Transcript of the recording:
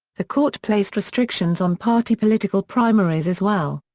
the court placed restrictions on party political primaries as well.